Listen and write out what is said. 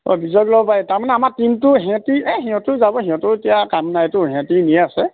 অঁ বিজয়ক ল'ব পাৰি তাৰমানে আমাৰ টিমটো সিহঁতি এই সিহঁতেও যাব সিহঁতৰো এতিয়া কাম নাইতো সিহঁতি এনেয়ে আছে